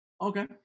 Okay